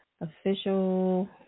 Official